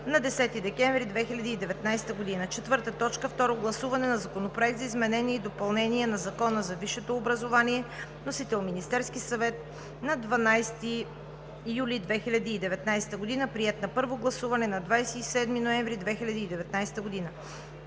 на 10 декември 2019 г. 4. Второ гласуване на Законопроекта за изменение и допълнение на Закона за висшето образование. Вносител – Министерският съвет, на 12 юли 2019 г., приет на първо гласуване на 27 ноември 2019 г.